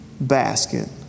basket